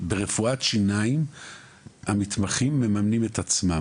שברפואת שיניים המתמחים מממנים את עצמם.